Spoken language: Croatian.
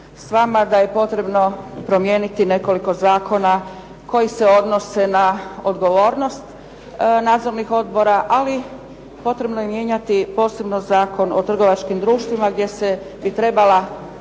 s vama da je potrebno promijeniti nekoliko zakona koji se odnose na odgovornost nadzornih odbora, ali potrebno je mijenjati posebno Zakon o trgovačkim društvima, gdje se bi trebala